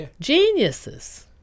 geniuses